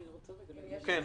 בבקשה.